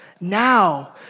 Now